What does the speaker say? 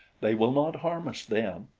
they will not harm us then.